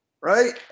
right